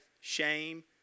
shame